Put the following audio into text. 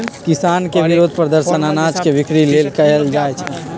किसान के विरोध प्रदर्शन अनाज के बिक्री लेल कएल जाइ छै